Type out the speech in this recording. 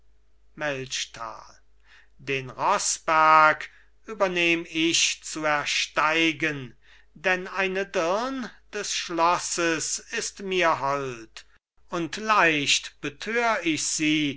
den rossberg übernehm ich zu ersteigen denn eine dirn des schlosses ist mir hold und leicht betör ich sie